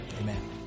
Amen